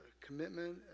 commitment